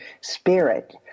spirit